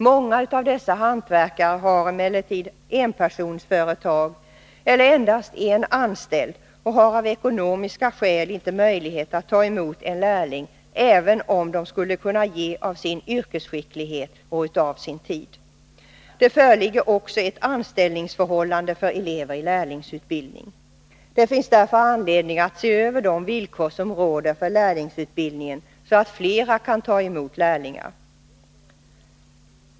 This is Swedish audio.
Många av dessa hantverkare har emellertid enpersonsföretag eller endast en anställd och har av ekonomiska skäl inte möjlighet att ta emot en lärling, även om de skulle kunna ge av sin yrkesskicklighet och sin tid. Det föreligger också ett anställningsförhållande för elever i lärlingsutbildning. Det finns därför anledning att se över de villkor som råder för lärlingsutbildningen, så att fler kan ta emot lärlingar.